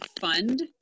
fund